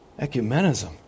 Ecumenism